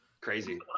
Crazy